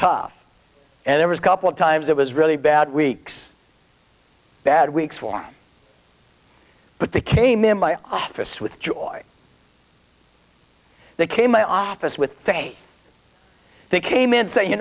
tough and there was couple of times it was really bad weeks bad weeks for but they came in my office with joy they came my office with a think came in s